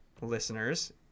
listeners